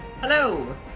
Hello